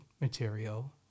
material